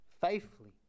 Faithfully